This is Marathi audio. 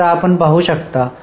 तर आता आपण पाहू शकता